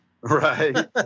right